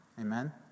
Amen